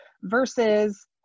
versus